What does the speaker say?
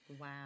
Wow